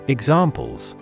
Examples